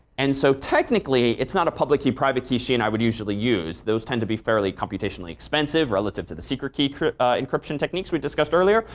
and so technically it's not a public key, private key she and i would usually use. those tend to be fairly computationally expensive relative to the secret key encryption techniques we discussed earlier.